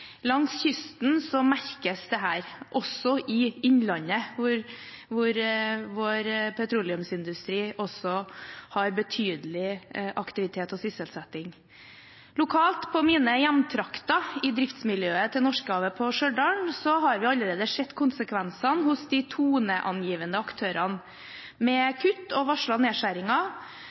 Langs kysten merkes dette, men også i innlandet, hvor vår petroleumsindustri har betydelig aktivitet og sysselsetting. Lokalt, i mine hjemtrakter, i driftsmiljøet til Norskehavet i Stjørdal, har vi allerede sett konsekvensene hos de toneangivende aktørene med kutt og